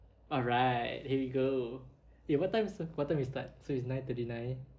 alright here we go eh what time st~ what time we start so it's nine thirty nine